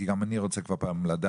כי גם אני רוצה כבר לדעת